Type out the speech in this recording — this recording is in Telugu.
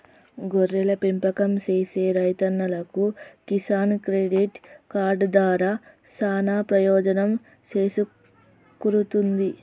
గొర్రెల పెంపకం సేసే రైతన్నలకు కిసాన్ క్రెడిట్ కార్డు దారా సానా పెయోజనం సేకూరుతుంది